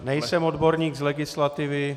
Nejsem odborník z legislativy.